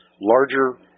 larger